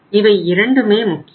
இவை இரண்டுமே முக்கியம்